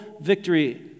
victory